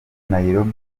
nairobi